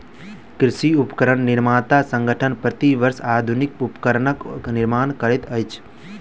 कृषि उपकरण निर्माता संगठन, प्रति वर्ष आधुनिक उपकरणक निर्माण करैत अछि